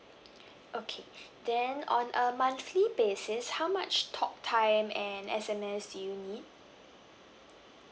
okay then on a monthly basis how much talk time and S_M_S do you need